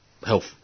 health